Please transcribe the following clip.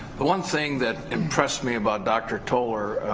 the one thing that impressed me about dr. tolar,